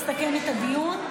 לסכם את הדיון בשם שר החינוך.